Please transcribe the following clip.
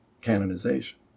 canonization